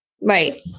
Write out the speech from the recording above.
Right